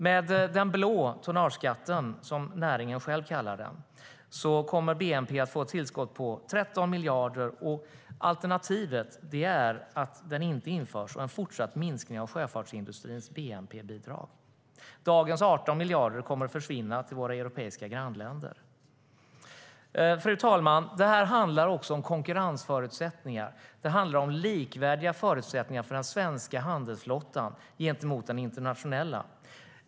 Med den blå skatten, som näringen själv kallar tonnageskatten, kommer bnp som sagt att få ett tillskott på 13 miljarder. Alternativet är att den inte införs, och då fortsätter sjöfartsindustrins bnp-bidrag att minska. Dagens 18 miljarder kommer att försvinna till våra europeiska grannländer. Fru talman! Det handlar också om konkurrensförutsättningar, om likvärdiga förutsättningar för den svenska handelsflottan gentemot den internationella.